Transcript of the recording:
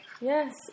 Yes